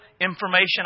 information